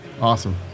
Awesome